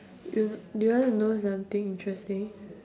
you do you wanna know something interesting